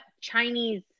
Chinese